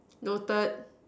noted